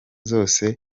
zose